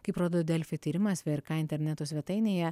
kaip rodo delfi tyrimas vrk interneto svetainėje